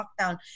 lockdown